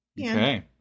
okay